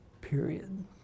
period